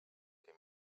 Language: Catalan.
que